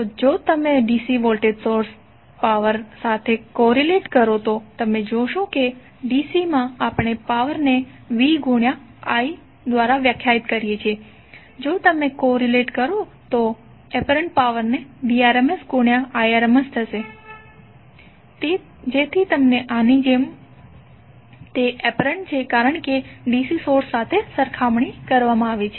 તો જો તમે DC વોલ્ટેજ સોર્સ પાવર સાથે કોરિલેટ કરો તો તમે જોશો કે DC માં આપણે પાવર ને v ગુણ્યા i દ્વારા વ્યાખ્યાયિત કરીએ છીએ તો જો તમે કોરિલેટ કરો તો એપરન્ટ પાવરને Vrms ગુણ્યા Irms થશે જેથી તમને આની જેમ અનુભૂતિ થાય તે એપરન્ટ છે કારણ કે DC સોર્સ સાથે સરખામણી કરવામા આવી છે